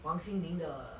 王心凌的